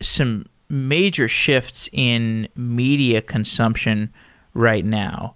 some major shifts in media consumption right now.